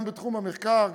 גם בתחום המחקר,